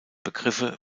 begriffe